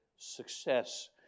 success